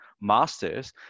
master's